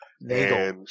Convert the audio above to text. Nagel